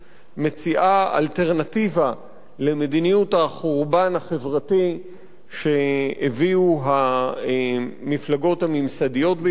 מציעה אלטרנטיבה למדיניות החורבן החברתי שהביאו המפלגות הממסדיות ביוון,